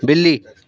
بلی